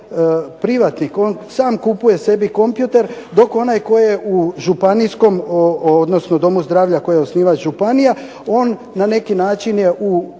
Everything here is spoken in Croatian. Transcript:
privatnik, on sam kupuje sebi kompjuter dok onaj tko je u županijskom odnosno domu zdravlja koji je osnivač županija, on na neki način je u